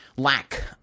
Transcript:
lack